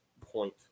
point